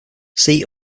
see